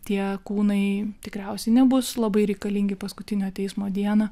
tie kūnai tikriausiai nebus labai reikalingi paskutinio teismo dieną